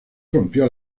rompió